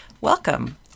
Welcome